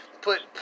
put